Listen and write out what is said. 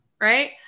right